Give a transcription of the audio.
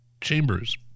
Chambers